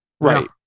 right